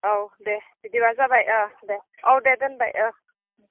औ दे बिदिबा जाबाय अह दे औ दे दोनबाय ओह